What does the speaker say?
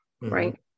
right